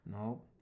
No